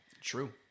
True